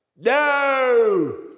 No